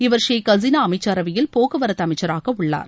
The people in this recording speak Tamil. இவர் ஷேக் ஹசீனா அமைச்சரவையில் போக்குவரத்து அமைச்சராக உள்ளார்